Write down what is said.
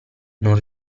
non